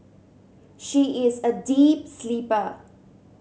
she is a deep sleeper